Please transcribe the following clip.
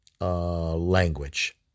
language